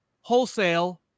wholesale